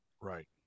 Right